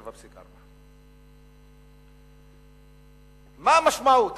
7.4%. מה משמעות הדברים?